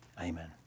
Amen